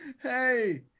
hey